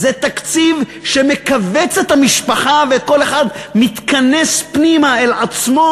זה תקציב שמכווץ את המשפחה וכל אחד מתכנס פנימה אל עצמו,